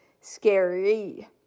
scary